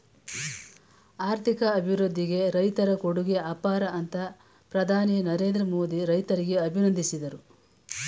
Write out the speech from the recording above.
ಆರ್ಥಿಕ ಅಭಿವೃದ್ಧಿಗೆ ರೈತರ ಕೊಡುಗೆ ಅಪಾರ ಅಂತ ಪ್ರಧಾನಿ ನರೇಂದ್ರ ಮೋದಿ ರೈತರಿಗೆ ಅಭಿನಂದಿಸಿದರು